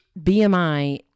bmi